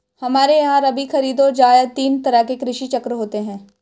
हमारे यहां रबी, खरीद और जायद तीन तरह के कृषि चक्र होते हैं